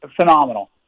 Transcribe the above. phenomenal